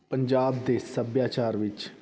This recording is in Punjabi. ਪੰਜਾਬ ਦੇ ਸੱਭਿਆਚਾਰ ਵਿੱਚ